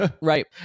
right